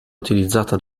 utilizzata